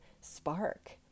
spark